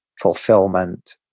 fulfillment